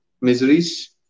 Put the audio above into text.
miseries